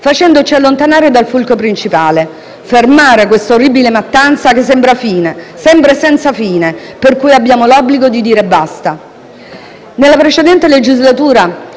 facendoci allontanare dal fulcro principale: fermare questa orribile mattanza che sembra senza fine, per cui abbiamo l'obbligo di dire basta! Nella precedente legislatura